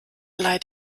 leid